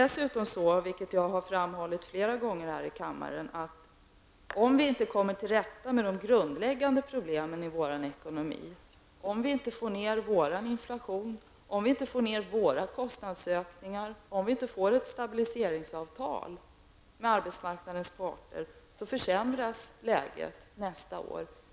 Som jag framhållit flera gånger här i kammaren är det dessutom så, att om vi inte kommer till rätta med de grundläggande problemen i vår ekonomi -- om vi inte får ned vår inflation, om vi inte får ned våra kostnadsökningar, om vi inte får till stånd ett stabiliseringsavtal med arbetsmarknadens parter -- försämras läget nästa år.